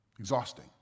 Exhausting